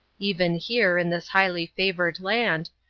even here, in this highly favored land,